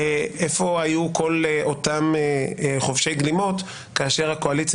איפה היו כל אותם חובשי גלימות כאשר הקואליציה